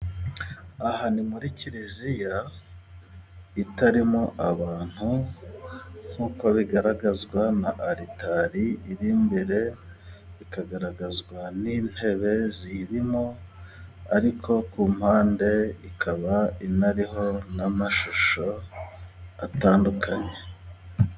Aha ni muri kiliziya itarimo abantu nk'uko bigaragazwa na alitali iri imbere, bikagaragazwa n'intebe ziyirimo, ariko ku mpande ikaba inariho n'amashusho atandukanye.